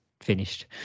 finished